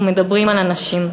אנחנו מדברים על אנשים.